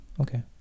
Okay